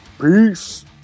Peace